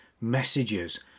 messages